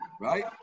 Right